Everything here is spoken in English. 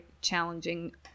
challenging